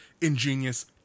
ingenious